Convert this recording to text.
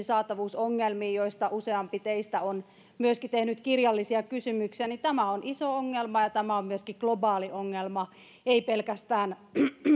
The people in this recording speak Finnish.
saatavuusongelmiin joista useampi teistä on myöskin tehnyt kirjallisia kysymyksiä tämä on iso ongelma ja tämä on myöskin globaali ongelma ei pelkästään